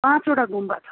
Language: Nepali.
पाँचवटा गुम्बा छ